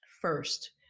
first